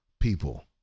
people